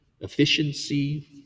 efficiency